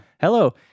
Hello